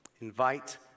invite